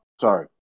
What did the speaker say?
Sorry